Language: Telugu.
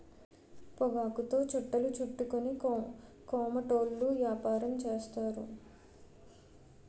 పొగాకుతో చుట్టలు చుట్టుకొని కోమటోళ్ళు యాపారం చేస్తారు